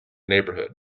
neighbourhood